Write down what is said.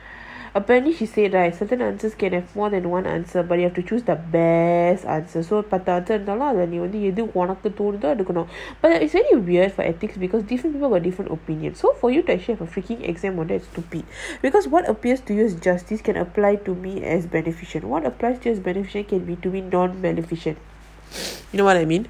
apparently he said right certain answers can have more than one answer but you have to choose the best answer நீவந்துஉனக்குஎதுதோணுதோஅதகொடுக்கணும்:nee vandhu unaku edhu thonutho adha kodukanum but is very weird for ethics because different people got different opinion so for you to actually have freaking exam on that's stupid because what appears to you is justice can apply to me as beneficial what applies to you is beneficial can be doing non beneficial you know what I mean